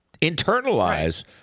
internalize